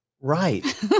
Right